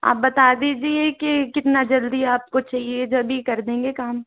आप बता दीजिए कि कितना जल्दी आपको चाहिए जब ही कर देंगे काम